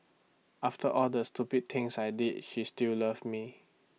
after all the stupid things I did she still loved me